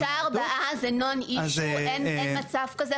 שלושה ארבעה זה non issue, אין, אין מצב כזה.